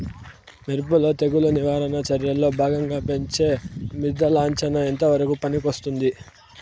మిరప లో తెగులు నివారణ చర్యల్లో భాగంగా పెంచే మిథలానచ ఎంతవరకు పనికొస్తుంది?